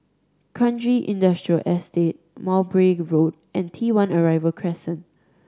Kranji Industrial Estate Mowbray Road and T One Arrival Crescent